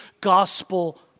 gospel